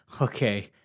okay